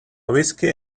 whisky